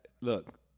look